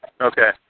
Okay